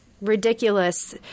ridiculous